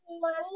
money